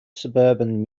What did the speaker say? suburban